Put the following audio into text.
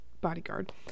bodyguard